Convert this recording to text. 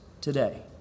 today